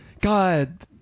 God